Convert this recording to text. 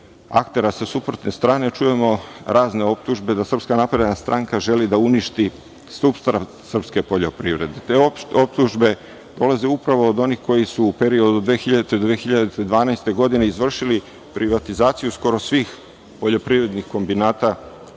aktera sa suprotne strane čujemo razne optužbe da SNS želi da uništi stub srpske poljoprivrede. Te optužbe dolaze upravo od onih koji su u periodu od 2000. do 2012. godine izvršili privatizaciju skoro svih poljoprivrednih kombinata